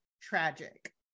tragic